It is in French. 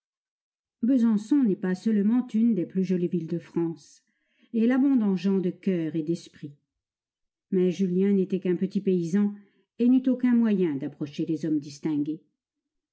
besançon n'est pas seulement une des plus jolies villes de france elle abonde en gens de coeur et d'esprit mais julien n'était qu'un petit paysan et n'eut aucun moyen d'approcher les hommes distingués